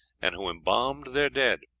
and who embalmed their dead.